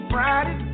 Friday